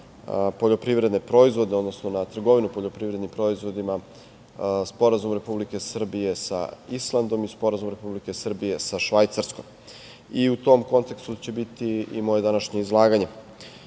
poljoprivredne proizvode, odnosno na trgovinu poljoprivrednim proizvodima, Sporazum Republike Srbije sa Islandom i Sporazum Republike Srbije sa Švajcarskom. U tom kontekstu će biti i moje današnje izlaganje.Tržište